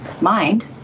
mind